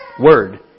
word